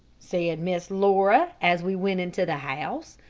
said miss laura, as we went into the house.